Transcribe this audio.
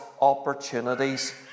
opportunities